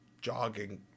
jogging